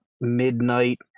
midnight